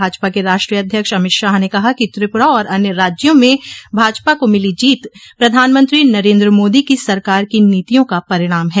भाजपा के राष्ट्रीय अध्यक्ष अमित शाह ने कहा कि त्रिपुरा और अन्य राज्यों में भाजपा को मिली जीत प्रधानमंत्री नरेन्द्र मोदी की सरकार की नीतियों का परिणाम है